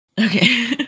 Okay